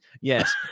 Yes